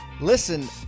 listen